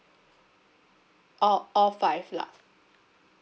oh all five lah